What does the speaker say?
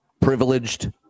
privileged